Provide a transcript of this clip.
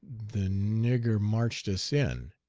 the nigger marched us in,